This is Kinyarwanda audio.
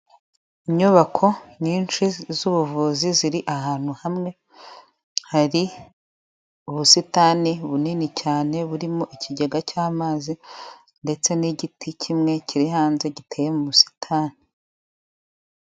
Inyubako nyinshi z'ubuvuzi ziri ahantu hamwe, hari ubusitani bunini cyane burimo ikigega cy'amazi ndetse n'igiti kimwe kiri hanze giteye mu busitani.